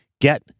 get